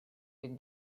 with